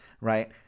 right